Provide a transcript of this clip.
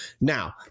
Now